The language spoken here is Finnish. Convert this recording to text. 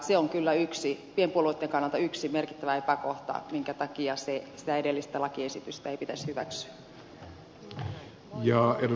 se on kyllä pienpuolueitten kannalta yksi merkittävä epäkohta minkä takia sitä edellistä lakiesitystä ei pitäisi hyväksyä